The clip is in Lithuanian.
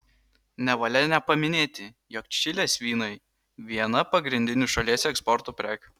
nevalia nepaminėti jog čilės vynai viena pagrindinių šalies eksporto prekių